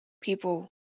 people